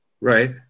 right